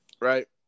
right